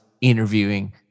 interviewing